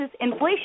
inflation